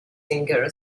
finger